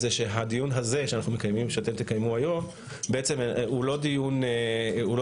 זה שהדיון הזה שאתם תקיימו היום בעצם הוא לא דיון התייעצות